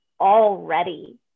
already